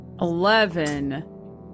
Eleven